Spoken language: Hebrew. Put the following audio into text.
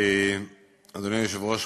אדוני היושב-ראש,